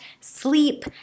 sleep